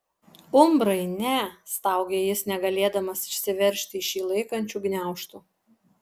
umbrai ne staugė jis negalėdamas išsiveržti iš jį laikančių gniaužtų